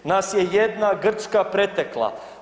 Nas je jedna Grčka pretekla.